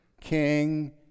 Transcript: king